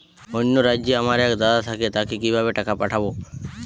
অন্য রাজ্যে আমার এক দাদা থাকে তাকে কিভাবে টাকা পাঠাবো?